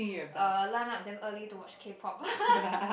uh line up damn early to watch k-pop